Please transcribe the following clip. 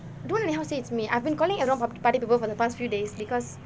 don't anyhow say it's me I've been calling everyone party popper for the past few days because